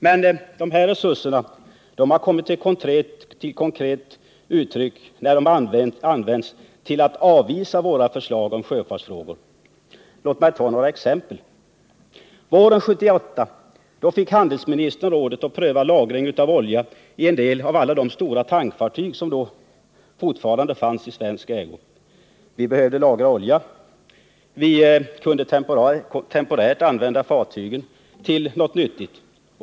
Men de resurserna har kommit till konkret uttryck bara när det gällt att avvisa våra förslag om sjöfartsfrågor. Låt mig ta några exempel. Våren 1978 fick handelsministern rådet att pröva lagring av olja i en del av de stora upplagda tankfartyg som då fortfarande fanns i svensk ägo. Vi behövde lagra olja. Vi kunde temporärt använda fartygen till något nyttigt.